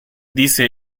dice